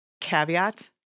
caveats